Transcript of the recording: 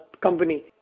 company